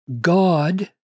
God